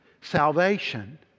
salvation